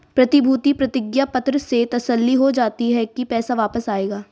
प्रतिभूति प्रतिज्ञा पत्र से तसल्ली हो जाती है की पैसा वापस आएगा